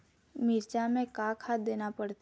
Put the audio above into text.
मिरचा मे का खाद देना पड़थे?